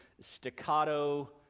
staccato